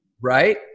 Right